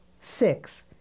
Six